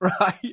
right